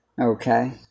Okay